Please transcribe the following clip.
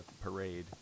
parade